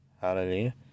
Hallelujah